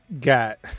got